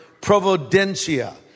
providentia